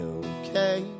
okay